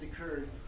occurred